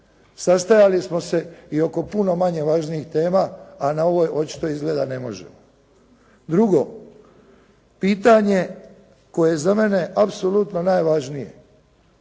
sastajali smo se i oko puno manje važnijih tema, a na ovoj očito izgleda ne možemo. Drugo, pitanje koje je za mene apsolutno najvažnije.